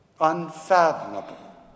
unfathomable